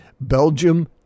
Belgium